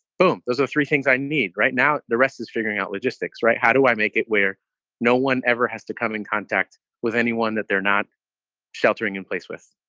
boom. those are three things i need right now. the rest is figuring out logistics, right? how do i make it where no one ever has to come in contact with anyone that they're not sheltering in place with?